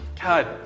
God